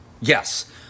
Yes